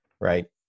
right